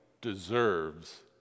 deserves